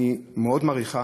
אני מאוד מעריכה,